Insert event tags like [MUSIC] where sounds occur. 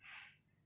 [LAUGHS]